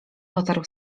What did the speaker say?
potarł